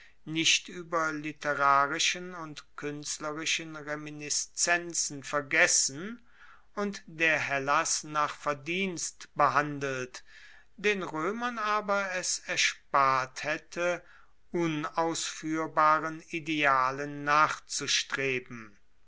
nicht ueber literarischen und kuenstlerischen reminiszenzen vergessen und der hellas nach verdienst behandelt den roemern aber es erspart haette unausfuehrbaren idealen nachzustreben